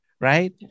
right